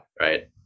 right